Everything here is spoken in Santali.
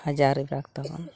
ᱦᱟᱡᱟᱨᱤ ᱵᱟᱜᱽ ᱛᱟᱵᱚᱱ